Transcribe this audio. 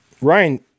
Ryan